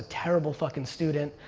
terrible fucking student,